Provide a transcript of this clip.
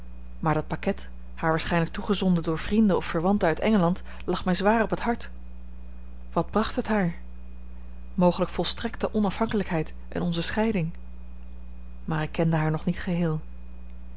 maar dat pakket haar waarschijnlijk toegezonden door vrienden of verwanten uit engeland lag mij zwaar op het hart wat bracht het haar mogelijk volstrekte onafhankelijkheid en onze scheiding maar ik kende haar nog niet geheel